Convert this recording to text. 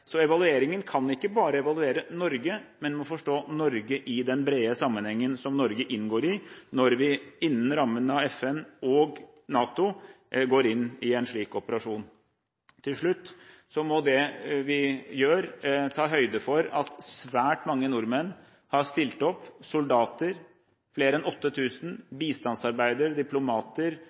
Så evalueringen kan ikke bare evaluere Norge, men må forstå Norge i den brede sammenhengen som Norge inngår i, når vi innenfor rammen av FN og NATO går inn i en slik operasjon. Til slutt må det vi gjør ta høyde for at svært mange nordmenn har stilt opp. Soldater – flere enn 8 000 – bistandsarbeidere, diplomater